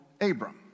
Abram